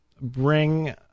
bring